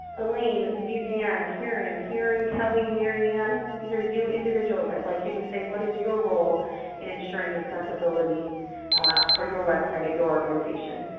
elaine. this is you, dan, karen, karen, kelly, marianne. these are you individuals. i'd like you to say what is your role in ensuring accessibility for your website at your organization?